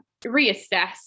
reassess